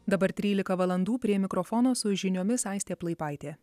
dabar trylika valandų prie mikrofono su žiniomis aistė plaipaitė